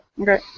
Okay